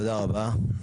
תודה רבה.